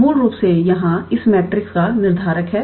मूल रूप से यहाँ इस मैट्रिक्स का निर्धारक है